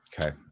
Okay